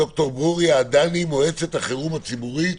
ד"ר ברוריה דני, מועצת החירום הציבורית